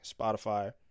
Spotify